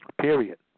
Period